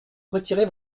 retirer